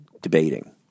debating